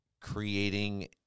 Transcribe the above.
creating